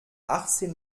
achtzehn